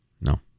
no